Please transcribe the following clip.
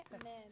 Amen